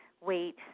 weight